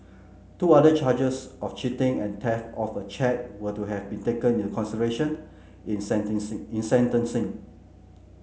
two other charges of cheating and theft of a cheque were to have been taken into consideration in in sentencing